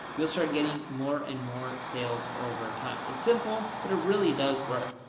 you'll start getting more and more sales over time. it's simple, but it really does work.